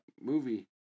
movie